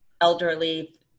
elderly